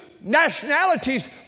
nationalities